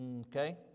Okay